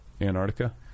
Antarctica